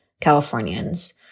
Californians